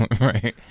right